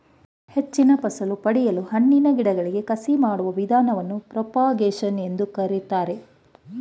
ಹೆಚ್ಚಿನ ಫಸಲು ಪಡೆಯಲು ಹಣ್ಣಿನ ಗಿಡಗಳಿಗೆ ಕಸಿ ಮಾಡುವ ವಿಧಾನವನ್ನು ಪ್ರೋಪಾಗೇಶನ್ ಎಂದು ಕರಿತಾರೆ